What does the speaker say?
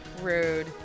Rude